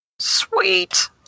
Sweet